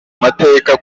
mateka